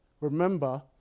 remember